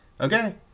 okay